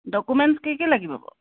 documents কি কি লাগিব বাৰু